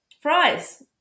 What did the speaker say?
Fries